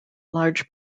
large